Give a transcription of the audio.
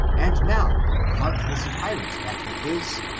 and now, heartless tyrant that he is,